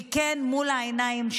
וכן, מול העיניים שלנו.